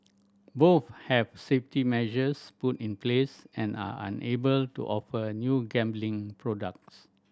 both have safety measures put in place and are unable to offer new gambling products